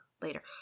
later